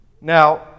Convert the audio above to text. Now